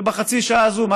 ובחצי השעה הזאת,